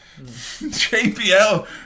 JPL